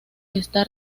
está